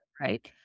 right